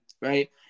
right